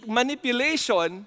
manipulation